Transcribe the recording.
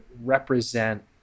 represent